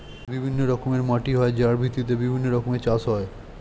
বিভিন্ন রকমের মাটি হয় যার ভিত্তিতে বিভিন্ন রকমের চাষ হয়